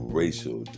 racial